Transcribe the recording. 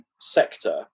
sector